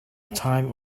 time